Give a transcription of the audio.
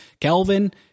Kelvin